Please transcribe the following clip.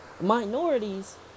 Minorities